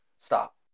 stop